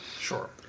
Sure